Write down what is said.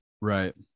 Right